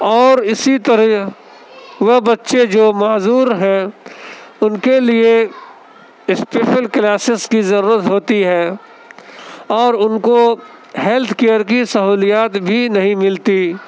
اور اسی طرح وہ بچے جو معذور ہیں ان کے لیے اسپیشل کلاسز کی ضرورت ہوتی ہے اور ان کو ہیلتھ کیئر کی سہولیات بھی نہیں ملتی